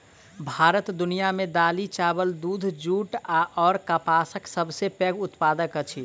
भारत दुनिया मे दालि, चाबल, दूध, जूट अऔर कपासक सबसे पैघ उत्पादक अछि